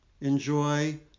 enjoy